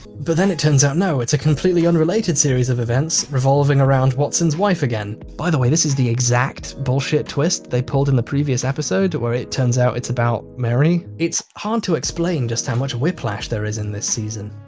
but then it turns out no, it's a completely unrelated series of events revolving around watson's wife again. by the way, this is the exact bullshit twist they pulled in the previous episode, where it turns out, it's about mary. it's hard to explain just how much whiplash there is in this season.